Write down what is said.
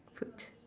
foot